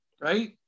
right